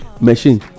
machine